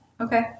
Okay